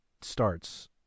starts